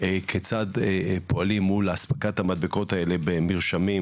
כיצד פועלים מול אספקת המדבקות האלה במרשמים,